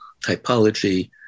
typology